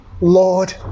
Lord